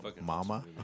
mama